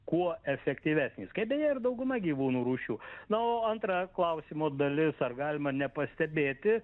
kuo efektyvesnis kaip beje ir dauguma gyvūnų rūšių na o antra klausimo dalis ar galima nepastebėti